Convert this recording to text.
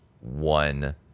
one